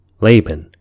Laban